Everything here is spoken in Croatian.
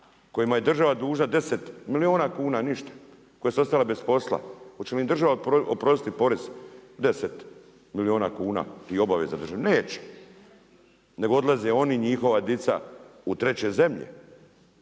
kojima je država dužna 10 milijuna kuna, ništa, koje su ostale bez posla, hoće li im država oprostiti porez, 10 milijuna kuna i obaveza državi? Neće. Nego odlaze oni i njihova dica u treće zemlje.